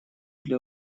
для